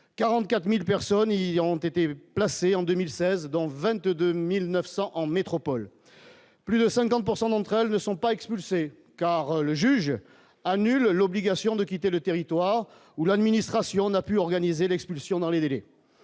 44000 personnes y ont été placés en 2016 dont 22900 en métropole, plus de 50 pourcent d'entre elles ne sont pas expulsés, car le juge annule l'obligation de quitter le territoire où l'administration n'a pu organiser l'expulsion dans les délais,